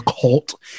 cult